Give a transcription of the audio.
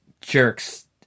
jerks